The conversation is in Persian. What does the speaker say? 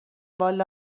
والا